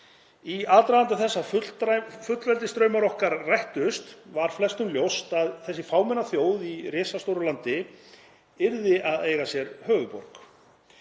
Í aðdraganda þess að fullveldisdraumar okkar rættust var flestum ljóst að þessi fámenna þjóð í risastóru landi yrði að eiga sér höfuðborg.